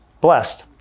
blessed